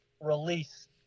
release